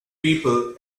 people